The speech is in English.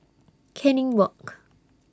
Canning Walk